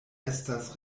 estas